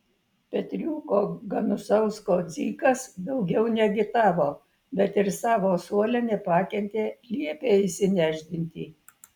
petriuko ganusausko dzikas daugiau neagitavo bet ir savo suole nepakentė liepė išsinešdinti